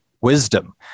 wisdom